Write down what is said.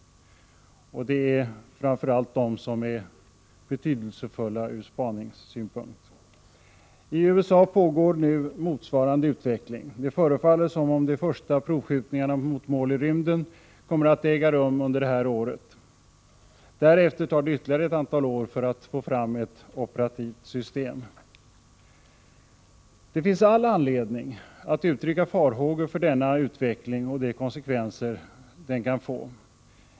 Det är framför allt de som är betydelsefulla ur spaningssynpunkt. I USA pågår nu motsvarande utveckling. Det förefaller som om de första provskjutningarna mot mål i rymden kommer att äga rum under detta år. Därefter tar det ytterligare ett antal år att få fram ett operativt system. Det finns all anledning att uttrycka farhågor för denna utveckling och de konsekvenser den kan få.